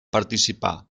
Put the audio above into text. participar